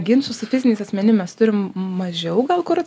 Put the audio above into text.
ginčų su fiziniais asmenim mes turim mažiau gal kur